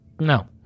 No